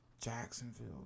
Jacksonville